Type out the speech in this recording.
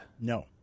No